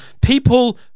people